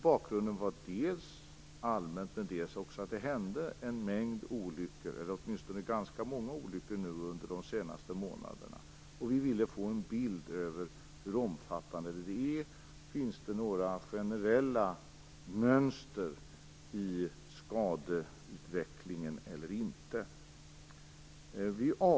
Bakgrunden är dels allmän, dels att det har hänt en mängd eller åtminstone ganska många olyckor under de senaste månaderna. Vi ville få en bild av hur omfattande det är. Vi ville veta om det finns några generella mönster i skadeutvecklingen eller inte.